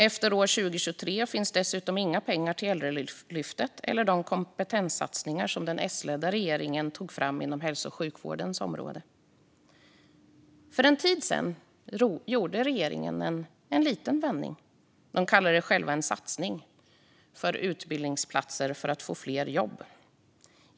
Efter år 2023 finns dessutom inga pengar till Äldrelyftet eller de kompetenssatsningar som den S-ledda regeringen tog fram inom hälso och sjukvårdens område. För en tid sedan gjorde dock regeringen en liten vändning. De kallade det själva en satsning på utbildningsplatser för att få fler i jobb.